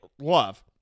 love